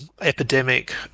epidemic